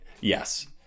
Yes